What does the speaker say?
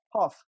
half